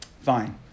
Fine